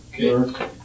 okay